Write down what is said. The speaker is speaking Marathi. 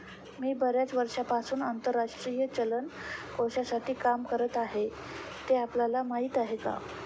मी बर्याच वर्षांपासून आंतरराष्ट्रीय चलन कोशासाठी काम करत आहे, ते आपल्याला माहीत आहे का?